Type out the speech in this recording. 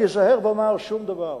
אני אזהר ואומר: שום דבר,